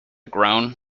groan